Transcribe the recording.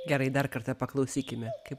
gerai dar kartą paklausykime kaip